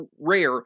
rare